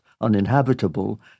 uninhabitable